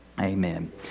amen